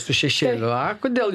su šešėliu a kodėl